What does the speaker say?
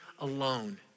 alone